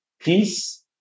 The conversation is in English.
peace